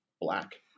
black